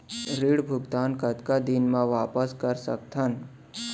ऋण भुगतान कतका दिन म वापस कर सकथन?